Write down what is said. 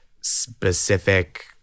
specific